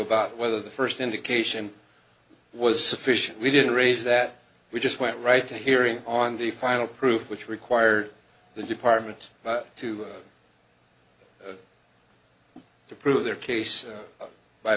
about whether the first indication was sufficient we didn't raise that we just went right to hearing on the final proof which required the department to to prove their case